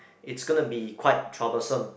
it's gonna be quite troublesome